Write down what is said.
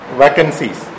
vacancies